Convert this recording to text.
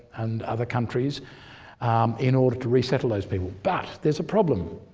and other countries in order to resettle those people. but there's a problem.